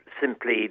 simply